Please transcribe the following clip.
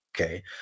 Okay